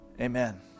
Amen